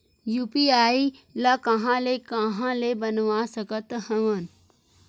UPI ल कहां ले कहां ले बनवा सकत हन?